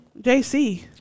JC